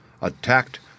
ATTACKED